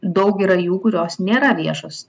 daug yra jų kurios nėra viešos